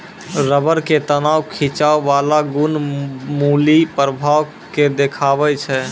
rubber के तनाव खिंचाव बाला गुण मुलीं प्रभाव के देखाबै छै